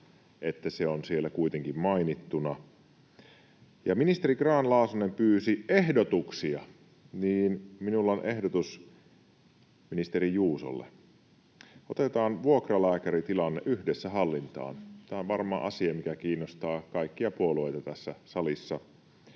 että se on siellä kuitenkin mainittuna. Kun ministeri Grahn-Laasonen pyysi ehdotuksia, niin minulla on ehdotus ministeri Juusolle. Otetaan vuokralääkäritilanne yhdessä hallintaan. Tämä on varmaan asia, mikä kiinnostaa kaikkia puolueita tässä salissa.